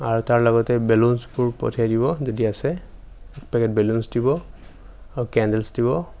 আৰু তাৰ লগতে বেলুনছবোৰ পঠিয়াই দিব যদি আছে এক পেকেট বেলুনছ দিব আৰু কেণ্ডেলছ দিব